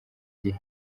gihe